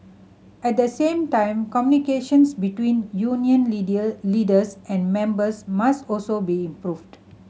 at the same time communication between union leaders and members must also be improved